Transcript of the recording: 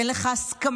אין לך הסכמה.